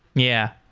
yeah.